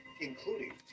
including